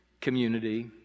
community